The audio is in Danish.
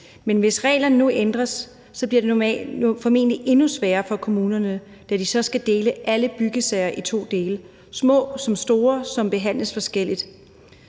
Men hvis reglerne nu ændres, bliver det formentlig endnu sværere for kommunerne, da de så skal dele alle byggesager i to dele, små som store, som behandles forskelligt.